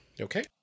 Okay